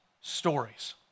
stories